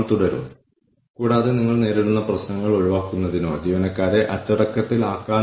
സമതുലിതമായ സ്കോർകാർഡ് എന്താണെന്നും അത് നിങ്ങളുടെ സ്ഥാപനത്തിൽ എങ്ങനെ ഉപയോഗിക്കാമെന്നും സംബന്ധിച്ച എല്ലാത്തരം വിവരങ്ങളും നൽകുന്നു